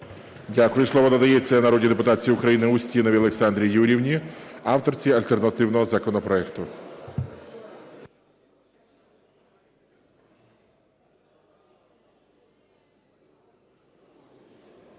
Слово надається народній депутатці України Устіновій Олександрі Юріївні, авторці альтернативного законопроекту.